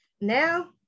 Now